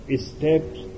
steps